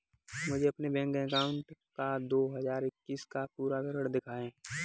मुझे अपने bank account का दो हज़ार इक्कीस का पूरा विवरण दिखाएँ?